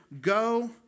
go